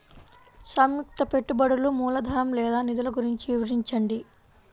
సంయుక్త పెట్టుబడులు మూలధనం లేదా నిధులు గురించి వివరించండి?